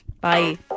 Bye